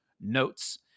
notes